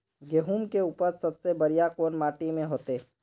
गेहूम के उपज सबसे बढ़िया कौन माटी में होते?